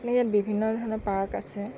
এনেকৈ বিভিন্ন ধৰণৰ পাৰ্ক আছে